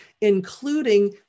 including